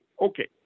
okay